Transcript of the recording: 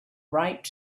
right